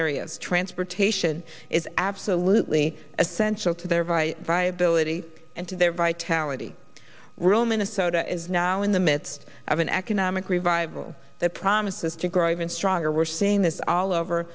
areas transportation is absolutely essential to their viii viability and to their vitality real minnesota is now in the midst of an economic revival that promises to grow even stronger we're seeing this all over